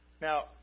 Now